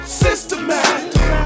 systematic